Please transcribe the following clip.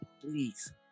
please